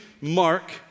Mark